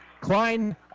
Klein